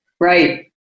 Right